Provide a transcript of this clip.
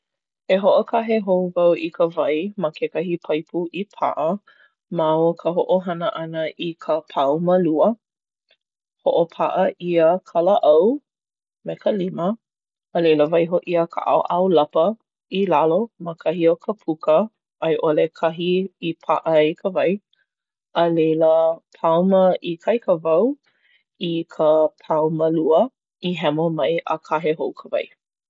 E hoʻokahe hou wau i ka wai ma kekahi paipu i paʻa ma o ka hoʻohana ʻana i kekahi pāuma lua. Hoʻopaʻa ʻia ka lāʻau me ka lima. A laila, waiho ʻia ka ʻaoʻao lapa i lalo ma kahi o ka puka, a i ʻole kahi i paʻa ai ka wai. A laila, pāuma ikaika wau i ka pāuma lua i hemo mai a kahe hou ka wai.